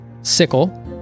sickle